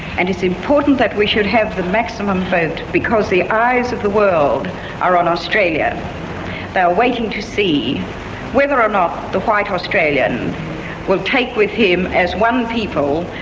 and it's important that we should have the maximum because the eyes of the world are on australia. they are waiting to see whether or not the white australian will take with him, as one people,